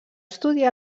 estudiar